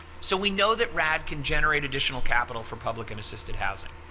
so we know that rad can generate additional capital for public and assisted housing.